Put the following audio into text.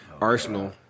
Arsenal